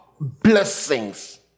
blessings